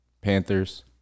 Panthers